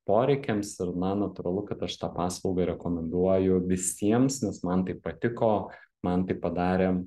poreikiams ir na natūralu kad aš tą paslaugą rekomenduoju visiems nes man tai patiko man tai padarė